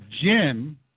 Jim